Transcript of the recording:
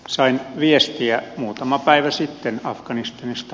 sain viestiä muutama päivä sitten afganistanista